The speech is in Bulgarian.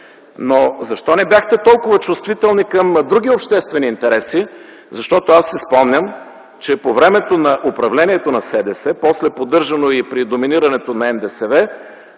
Но защо не бяхте толкова чувствителни към други обществени интереси? Защото аз си спомням, че по времето на управлението на СДС, после поддържано и при доминирането на НДСВ